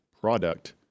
product